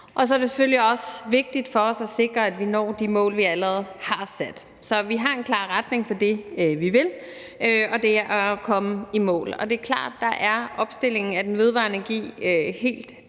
Og så er det selvfølgelig også vigtigt for os at sikre, at vi når de mål, vi allerede har sat. Så vi har en klar retning for det, vi vil, og det er at komme i mål, og det er klart, at der er opstillingen af vedvarende energi helt afgørende.